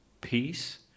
peace